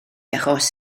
achos